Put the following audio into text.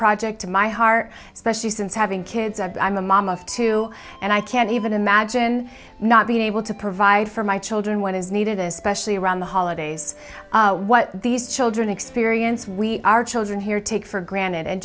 project to my heart especially since having kids i'm a mom of two and i can't even imagine not being able to provide for my children what is needed especially around the holidays what these children experience we our children here take for granted and